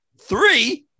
three